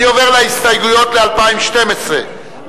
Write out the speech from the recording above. אני עובר להסתייגויות ל-2012.